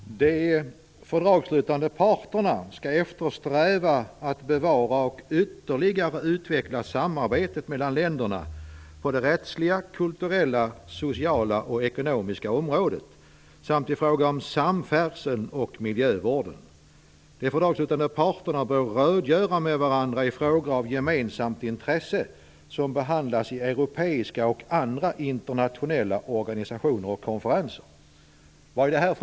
Fru talman! De fördragsslutande parterna skall eftersträva att bevara och ytterligare utveckla samarbetet mellan länderna på det rättsliga, kulturella, sociala och ekonomiska området, samt i fråga om samfärdseln och miljövården. De fördragsslutande parterna bör rådgöra med varandra i frågor av gemensamt intresse som behandlas i europeiska och andra internationella organisationer och konferenser. Vad är det här?